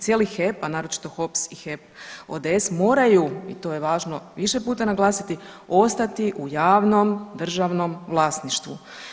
Cijeli HEP, a naročito HOPS i HEP ODS moraju i to je važno više puta naglasiti ostati u javnom državnom vlasništvu.